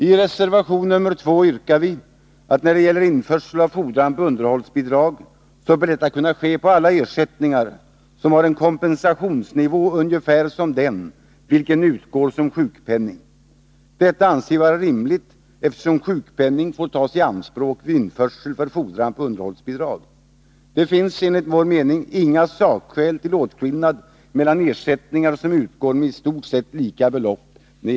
I reservation nr 2 yrkar vi att införsel av fordran på underhållsbidrag skall kunna ske på alla ersättningar som har en kompensationsnivå som ungefärligen motsvarar sjukpenningens. Detta anser vi vara rimligt, eftersom sjukpenning får tas i anspråk vid införsel för fordran på underhållsbidrag. Det finns när det gäller införsel enligt vår mening inga sakskäl till åtskillnad mellan ersättningar som utgår med i stort sett lika belopp.